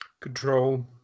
Control